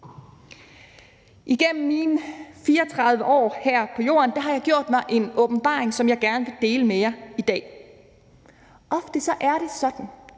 Igennem mine 34 år her på jorden har jeg fået en åbenbaring, som jeg gerne vil dele med jer i dag. Ofte er det sådan,